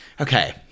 Okay